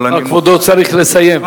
אבל אני, כבודו צריך לסיים.